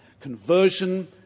Conversion